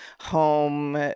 home